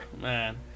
man